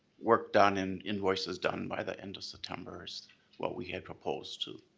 work done and invoices done by the end of september is what we had proposed too.